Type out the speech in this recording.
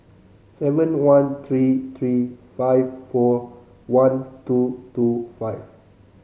seven one three three five four one two two five